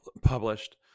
published